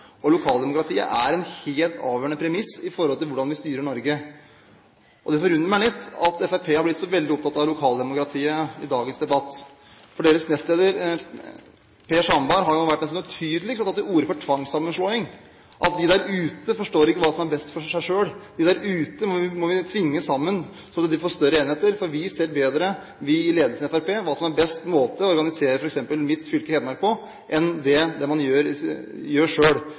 stat. Lokaldemokratiet er en helt avgjørende premiss for hvordan vi styrer Norge. Det forundrer meg litt at Fremskrittspartiet har blitt så veldig opptatt av lokaldemokratiet i dagens debatt. Deres nestleder, Per Sandberg, har vært den som tydeligst har tatt til orde for tvangssammenslåing, at de der ute ikke forstår hva som er best for dem selv, de der ute må vi tvinge sammen så det blir større enheter, for vi i ledelsen i Fremskrittspartiet ser bedre hva som er best måte å organisere f.eks. mitt fylke, Hedmark, på, enn det man gjør